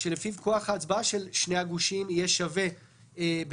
שלפיו כוח ההצבעה של שני הגושים יהיה שווה ביניהם,